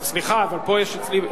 סליחה, אבל פה יש אצלי.